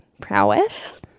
Prowess